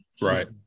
right